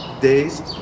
days